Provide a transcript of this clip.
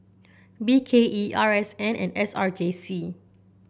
B K E R S N and S R J C